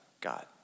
God